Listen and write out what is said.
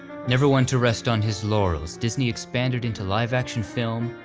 never one to rest on his laurels, disney expanded into live-action film,